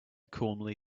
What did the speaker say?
calmly